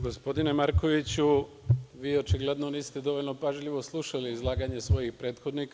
Gospodine Markoviću, vi očigledno niste dovoljno pažljivo slušali izlaganje svojih prethodnika.